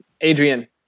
Adrian